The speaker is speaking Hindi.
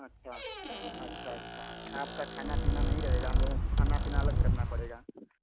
अच्छा अच्छा अच्छा आपका खाना पीना नहीं रहेगा हम लोगों को खाना पीना अलग करना पड़ेगा